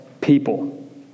people